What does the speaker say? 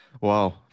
Wow